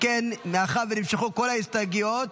אם כן, מאחר שנמשכו כל ההסתייגויות,